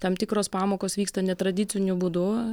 tam tikros pamokos vyksta netradiciniu būdu